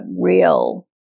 real